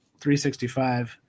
365